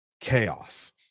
chaos